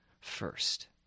first